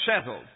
settled